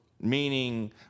Meaning